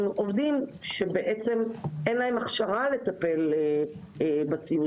עובדים שבעצם אין להם הכשרה כדי לטפל בסיעודי.